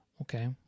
Okay